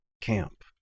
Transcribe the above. camp